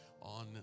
on